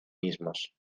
mismos